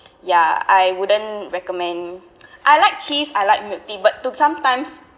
ya I wouldn't recommend I like cheese I like milk tea but to sometimes